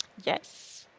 yes.